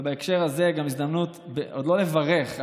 ובהקשר הזה זו גם הזדמנות עוד לא לברך,